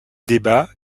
débats